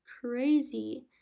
crazy